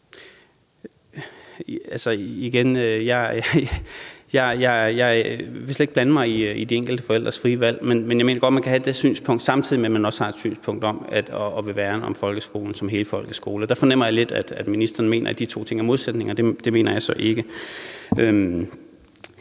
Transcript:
jeg vil slet ikke blande mig i de enkelte forældres frie valg, men jeg mener godt, man kan have det synspunkt, samtidig med at man har et synspunkt om at ville værne om folkeskolen som hele folkets skole. Der fornemmer jeg lidt, at ministeren mener, at de to ting er modsætninger. Det mener jeg ikke.